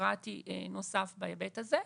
ביורוקרטי נוסף בהיבט הזה.